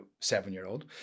seven-year-old